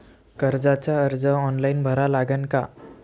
कर्जाचा अर्ज ऑनलाईन भरा लागन का?